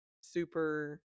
super